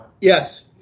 Yes